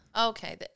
okay